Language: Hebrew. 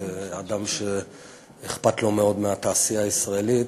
אדם שאכפת לו מאוד מהתעשייה הישראלית.